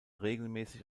regelmäßig